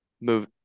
Move